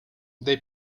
they